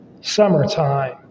summertime